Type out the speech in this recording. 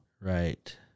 Right